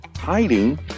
Hiding